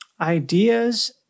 ideas